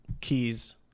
keys